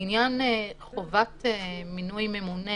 לעניין חובת מינוי ממונה